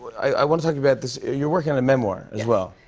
i want to talk about this. you're working on a memoir, as well.